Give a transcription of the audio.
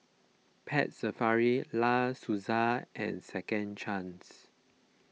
Pet Safari La Senza and Second Chance